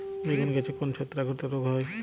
বেগুন গাছে কোন ছত্রাক ঘটিত রোগ হয়?